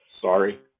Sorry